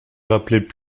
rappelaient